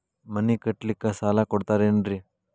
ಮನಿ ಕಟ್ಲಿಕ್ಕ ಸಾಲ ಕೊಡ್ತಾರೇನ್ರಿ?